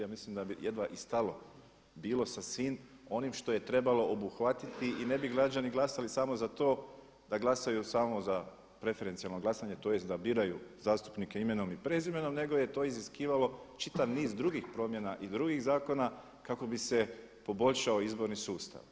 Ja mislim da bi jedva i stalo bilo sa svim onim što je trebalo obuhvatiti i ne bi građani glasali samo za to da glasaju samo za preferencijalno glasanje, tj. da biraju zastupnike imenom i prezimenom, nego je to iziskivalo čitav niz drugih promjena i drugih zakona kako bi se poboljšao izborni sustav.